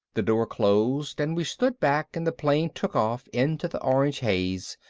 the door closed and we stood back and the plane took off into the orange haze,